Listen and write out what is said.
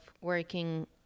working